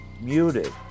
Muted